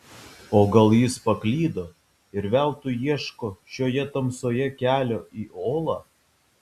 o gal jis paklydo ir veltui ieško šioje tamsoje kelio į olą